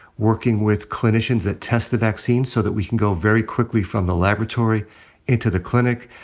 working with clinicians that test the vaccine, so that we can go very quickly from the laboratory into the clinic.